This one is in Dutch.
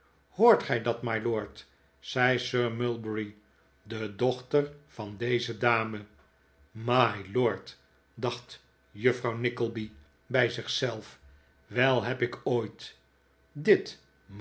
hoort gij dat mylord zei sir mulberry de dochter van deze dame mylord dacht juffrouw nickleby bij zich zelf wel heb ik ooit dit